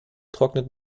trocknet